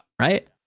right